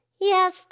Yes